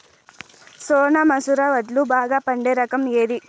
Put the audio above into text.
సోనా మసూర వడ్లు బాగా పండే రకం ఏది